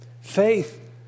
Faith